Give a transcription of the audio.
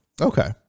Okay